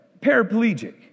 paraplegic